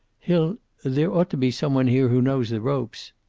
he'll there ought to be some one here who knows the ropes.